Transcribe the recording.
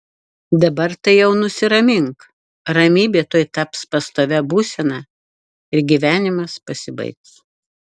dabar tai jau nusiramink ramybė tuoj taps pastovia būsena ir gyvenimas pasibaigs